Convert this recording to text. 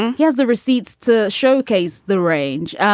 and he has the receipts to showcase the range.